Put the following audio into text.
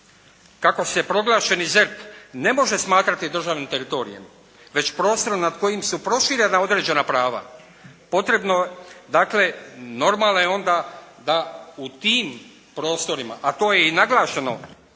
kako se proglašeni ZERP ne može smatrati državnim teritorijem, već prostorom nad kojim su proširena određena prava. Dakle normalno je onda da u tim prostorima, a to je i naglašeno